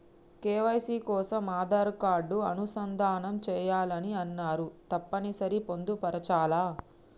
KYC కోసం Aadhaar card అనుసంధానం చేయాలని అన్నరు తప్పని సరి పొందుపరచాలా?